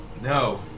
no